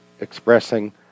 expressing